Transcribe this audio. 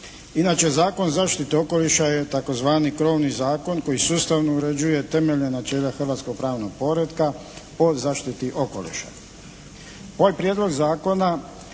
Inače, Zakon o zaštiti okoliša je tzv. krovni zakon koji sustavno uređuje temeljna načela hrvatskog pravnog poretka po zaštiti okoliša.